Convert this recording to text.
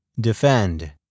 Defend